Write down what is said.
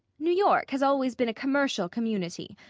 new york has always been a commercial community,